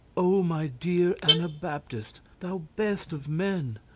oh, my dear anabaptist, thou best of men,